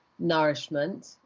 nourishment